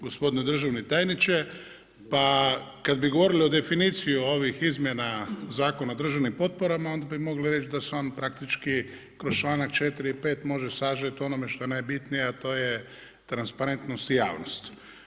Gospodine državni tajniče, pa kada bi govorili o definiciji ovih izmjena Zakona o državnim potporama, onda bi mogli reći da su oni praktički kroz članak 4. i 5. može sažeti o onome što je najbitnije, a to je transparentnost i javnost.